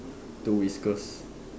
two whiskers